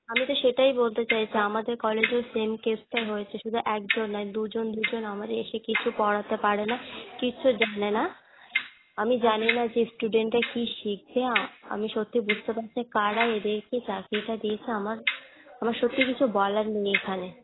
আমি তো সেটাই বলতে চাইছি আমাদের কলেজেও সেম কেসটাই হয়েছে শুধু একজন নয় দুজন দুজন আমাদের এসে কিচ্ছু পড়াতে পারে না কিচ্ছু জানে না আমি জানি না যে স্টুডেন্টরা কী শিখবে আ আমি সত্যি বুঝতে পাচ্ছি না কারা এদেরকে চাকরিটা দিয়েছে আমার আমার সত্যি কিছু বলার নেই এখানে